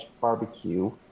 barbecue